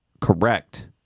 Correct